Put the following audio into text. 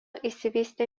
išsivystė